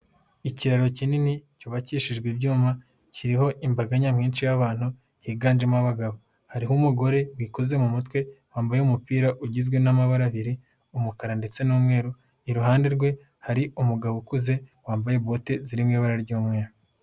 Ikiraro kinini cyubakishijwe ibyuma, kiriho imbaga nyamwinshi y'abantu higanjemo abagabo, hariho umugore wikoze mu mutwe, wambaye umupira ugizwe n'amabara abiri, umukara ndetse n'umweru, iruhande rwe hari umugabo ukuze wambaye bote ziri mu ibara ry'umweru.